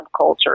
subculture